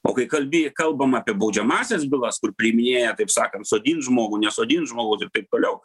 o kai kalbi kalbam apie baudžiamąsias bylas kur priiminėja taip sakant sodint žmogų nesodint žmogus ir taip toliau